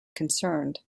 concerned